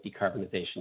decarbonization